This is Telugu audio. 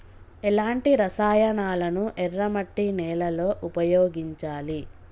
ఎలాంటి రసాయనాలను ఎర్ర మట్టి నేల లో ఉపయోగించాలి?